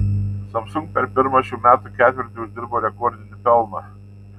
samsung per pirmą šių metų ketvirtį uždirbo rekordinį pelną